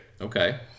Okay